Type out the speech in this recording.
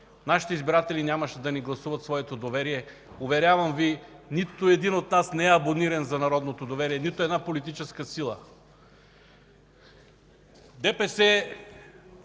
нашите избиратели нямаше да ни гласуват своето доверие. Уверявам Ви, нито един от нас не е абониран за народното доверие, нито една политическа сила.